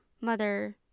mother